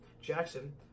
jackson